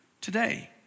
today